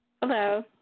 Hello